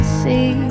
see